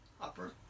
upper